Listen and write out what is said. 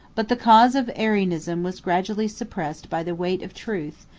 but the cause of arianism was gradually suppressed by the weight of truth,